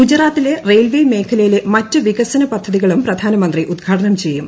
ഗുജറാത്തിലെ റെയിൽവേ മേഖലയിലെ മറ്റ് വികസന പദ്ധതികളും പ്രധാനമന്ത്രി ഉദ്ഘാടനം ചെയ്യും